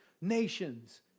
Nations